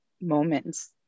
moments